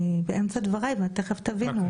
אני באמצע דבריי ותכף תבינו.